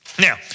Now